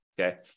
Okay